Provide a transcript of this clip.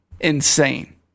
insane